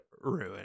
ruin